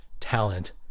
talent